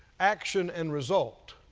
action and result.